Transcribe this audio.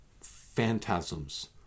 phantasms